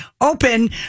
open